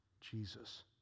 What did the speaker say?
jesus